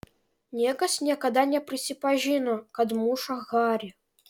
niekas niekada neprisipažino kad muša harį